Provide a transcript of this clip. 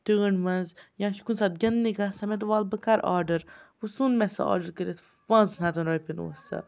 ٹٲنٛڈ منٛز یا چھِ کُنہِ ساتہٕ گِنٛدنہِ گژھان مےٚ دوٚپ وَلہٕ بہٕ کَرٕ آرڈَر وۄںۍ ژھُن مےٚ سُہ آرڈَر کٔرِتھ پانٛژن ہَتَن رۄپیَن اوس سۄ